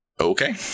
Okay